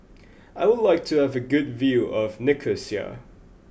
I would like to have a good view of Nicosia